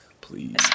please